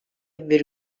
bir